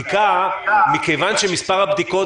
הבדיקה מכיוון שמספר הבדיקות,